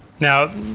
now